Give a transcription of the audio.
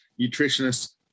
nutritionists